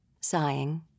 Sighing